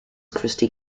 christi